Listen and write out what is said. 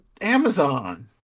Amazon